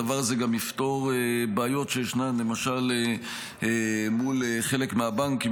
הדבר הזה גם יפתור בעיות שישנן למשל מול חלק מהבנקים,